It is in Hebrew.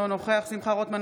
אינו נוכח שמחה רוטמן,